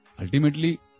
Ultimately